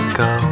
go